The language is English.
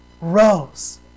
rose